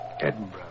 Edinburgh